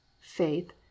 faith